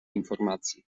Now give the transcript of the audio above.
informacji